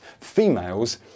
Females